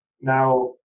Now